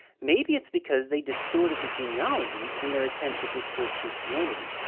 maybe it's because they distorted the genealogies in their attempt to disprove christianity.